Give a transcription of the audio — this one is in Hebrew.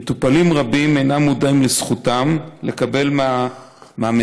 מטופלים רבים אינם מודעים לזכותם לקבל מהמטפל